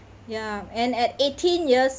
ya and at eighteen years